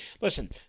Listen